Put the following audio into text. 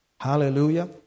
Hallelujah